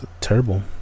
terrible